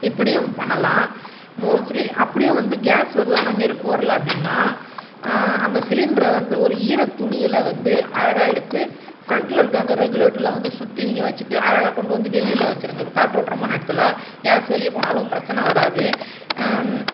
இப்படியும் பண்ணலாம் மோஸ்ட்லி அப்படியும் வந்து கேஸ் வருது ஆனால் நெருப்பு வரல அப்படின்னா அந்த சிலிண்ட்ரை வந்து ஒரு ஈர துணியில் வந்து அழகாக எடுத்து ஃப்ரெண்டில் இருக்கிற அந்த ரெகுலேட்டரில் வந்து சுற்றி நீங்கள் வச்சுகிட்டு அழகாக கொண்டு வந்து வெளியில வச்சுருங்க காற்றோட்றமான இடத்துல கேஸ் வெளியே போனாலும் ப்ரச்சனை வராது